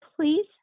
please